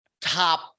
top